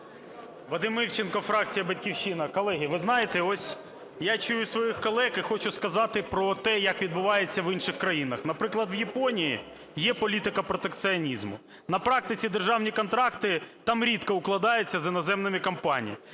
Вадим Івченко, фракція "Батьківщина". Колеги, ви знаєте, ось я чую своїх колег і хочу сказати про те, як відбувається в інших країнах. Наприклад, в Японії є політика протекціонізму. На практиці державні контракти там рідко укладаються з іноземними компаніями.